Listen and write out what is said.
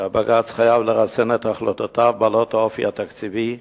שהבג"ץ חייב לרסן את החלטותיו בעלות האופי התקציבי,